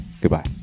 Goodbye